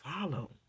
follow